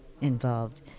involved